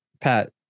Pat